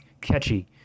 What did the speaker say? catchy